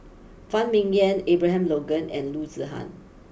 Phan Ming Yen Abraham Logan and Loo Zihan